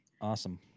Awesome